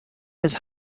his